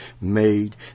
made